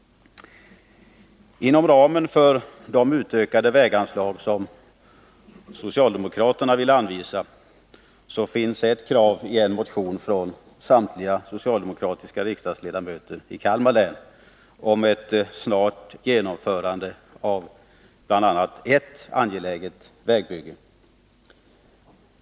Inom ramen för de utökade väganslag som socialdemokraterna vill anvisa finns ett krav i en motion från samtliga socialdemokratiska riksdagsledamöter i Kalmar län om ett snart genomförande av bl.a. ett angeläget vägbygge.